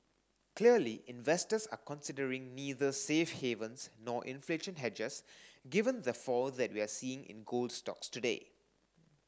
clearly investors are considering neither safe havens nor inflation hedges given the fall that we're seeing in gold stocks today